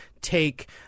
take